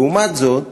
לעומת זאת,